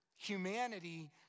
Humanity